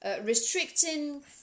restricting